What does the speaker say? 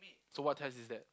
so what test is that